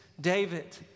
David